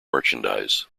merchandise